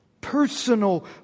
personal